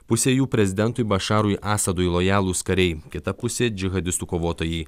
pusė jų prezidentui bašarui asadui lojalūs kariai kita pusė džihadistų kovotojai